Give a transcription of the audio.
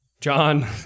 John